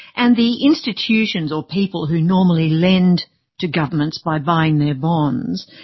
and the institutions or people who normally lend to governments by buying their bonds,